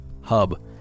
hub